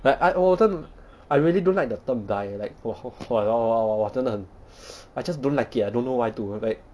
like I 我真的 I really don't like the term bisexual like !wah! !wah! 真的很 I just don't like it I don't know why too like